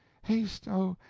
haste, oh!